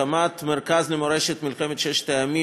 הקמת מרכז למורשת ששת הימים,